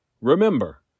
Remember